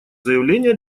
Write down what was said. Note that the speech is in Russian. заявления